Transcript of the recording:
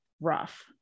rough